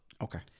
Okay